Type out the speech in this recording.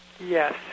Yes